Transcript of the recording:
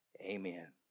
amen